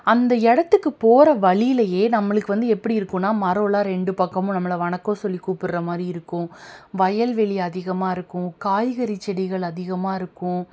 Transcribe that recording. அந்த இடத்துக்கு போகிற வழியிலையே நம்மளுக்கு வந்து எப்படி இருக்கும்னால் மரம்லாம் ரெண்டு பக்கமும் நம்மளை வணக்கம் சொல்லி கூப்பிட்ற மாதிரி இருக்கும் வயல் வெளி அதிகமாக இருக்கும் காய்கறி செடிகள் அதிகமாக இருக்கும்